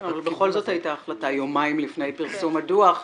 אבל בכל זאת הייתה החלטה יומיים לפני פרסום הדוח.